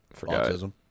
Autism